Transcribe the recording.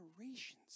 generations